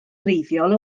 wreiddiol